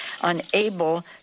unable